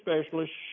specialists